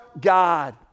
God